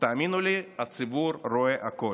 תאמינו לי, הציבור רואה הכול.